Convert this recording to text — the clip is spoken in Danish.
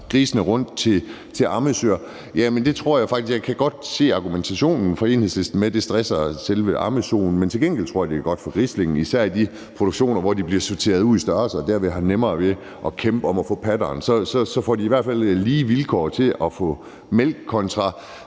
grisene rundt til ammesøer vil jeg sige, at jeg godt kan se argumentationen fra Enhedslistens side med, at det stresser selve ammesoen. Men til gengæld tror jeg, at det er godt for grislingen, især i de produktioner, hvor de bliver sorteret ud i størrelser og derved har nemmere ved at kæmpe om at få patterne. Så får de i hvert fald lige vilkår for at få mælk kontra